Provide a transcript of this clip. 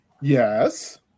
Yes